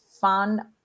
fun